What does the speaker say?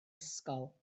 ysgol